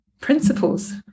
principles